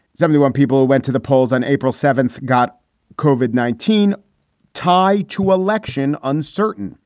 seventy one people went to the polls on april seventh, got covered nineteen tie to election uncertain.